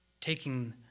taking